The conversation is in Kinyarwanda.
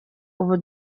ubu